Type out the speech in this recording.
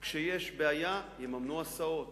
כשיש בעיה, יממנו הסעות,